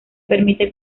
permite